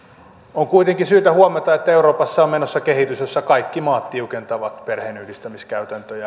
on kuitenkin syytä huomata että euroopassa on menossa kehitys jossa kaikki maat tiukentavat perheenyhdistämiskäytäntöjä